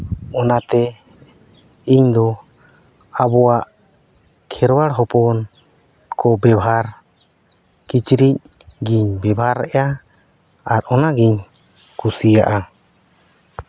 ᱚᱱᱟᱛᱮ ᱤᱧᱫᱚ ᱟᱵᱚᱣᱟᱜ ᱠᱷᱮᱨᱣᱟᱲ ᱦᱚᱯᱚᱱ ᱠᱚ ᱵᱮᱵᱷᱟᱨ ᱠᱤᱪᱨᱤᱡ ᱜᱤᱧ ᱵᱮᱵᱷᱟᱨᱮᱜᱼᱟ ᱟᱨ ᱚᱱᱟᱜᱤᱧ ᱠᱩᱥᱤᱭᱟᱜᱼᱟ